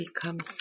becomes